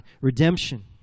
redemption